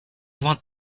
want